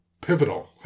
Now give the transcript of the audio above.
pivotal